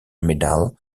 medal